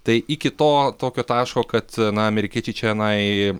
tai iki to tokio taško kad na amerikiečiai čionai